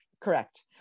correct